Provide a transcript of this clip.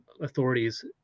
authorities